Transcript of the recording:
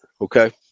Okay